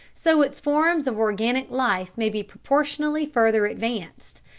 so its forms of organic life may be proportionally further advanced,